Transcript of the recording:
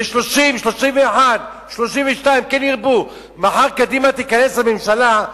30, 31, 32, כן ירבו, מחר קדימה תיכנס לממשלה,